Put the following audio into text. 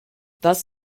thus